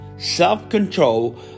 self-control